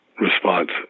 response